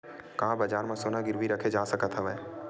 का बजार म सोना गिरवी रखे जा सकत हवय?